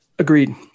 Agreed